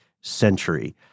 century